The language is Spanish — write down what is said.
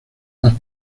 más